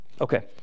Okay